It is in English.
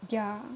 ya